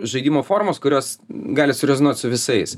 žaidimo formos kurios gali surezonuot su visais